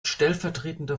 stellvertretender